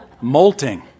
molting